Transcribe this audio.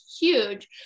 huge